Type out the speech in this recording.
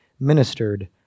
ministered